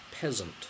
Peasant